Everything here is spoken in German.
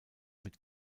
mit